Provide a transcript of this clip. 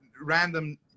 random